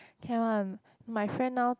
can one my friend now